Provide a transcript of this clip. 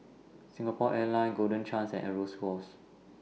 Singapore Airlines Golden Chance and Aero scores